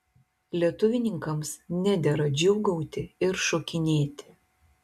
lietuvininkams nedera džiūgauti ir šokinėti